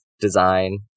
design